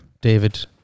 David